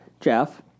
Jeff